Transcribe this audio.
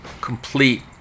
complete